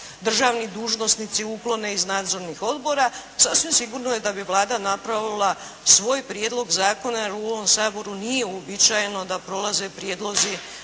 državni dužnosnici uklone iz nadzornih odbora, sasvim sigurno je da bi Vlada napravila svoj Prijedlog zakona jer u ovom Saboru nije uobičajeno da prolaze prijedlozi